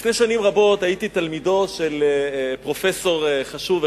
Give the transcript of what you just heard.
לפני שנים רבות הייתי תלמידו של פרופסור חשוב,